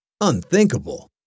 Unthinkable